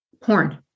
porn